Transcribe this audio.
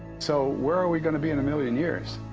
so where are we gonna be in a million years?